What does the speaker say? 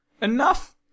Enough